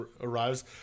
arrives